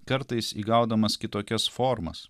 kartais įgaudamas kitokias formas